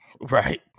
right